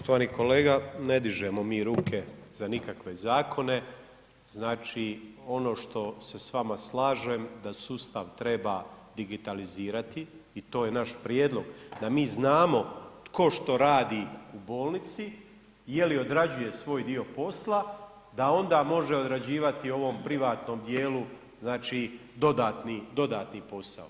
Poštovani kolega ne dižemo mi ruke za nikakve zakone, znači ono što se s vama slažem da sustav treba digitalizirati i to je naš prijedlog da mi znamo tko što radi u bolnici, je li odrađuje svoj dio posla, da onda može odrađivati u ovom privatnom dijelu znači dodatni posao.